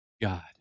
God